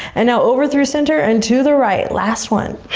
and now over through center and to the right, last one.